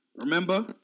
Remember